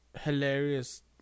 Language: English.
hilarious